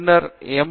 பின்னர் எம்